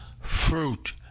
fruit